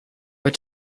were